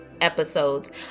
episodes